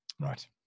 Right